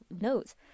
notes